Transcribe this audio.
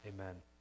Amen